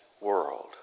world